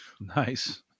Nice